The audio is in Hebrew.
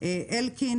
אלקין